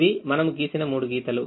ఇవి మనముగీసిన మూడు గీతలు